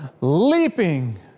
leaping